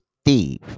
Steve